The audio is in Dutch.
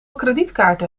kredietkaarten